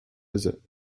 visit